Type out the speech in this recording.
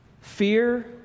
Fear